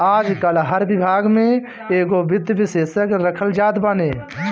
आजकाल हर विभाग में एगो वित्त विशेषज्ञ रखल जात बाने